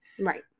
Right